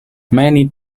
many